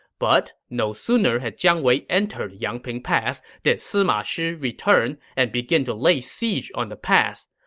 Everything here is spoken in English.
but no sooner had jiang wei entered yangping pass did sima shi return and begin to lay siege on the pass.